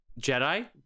Jedi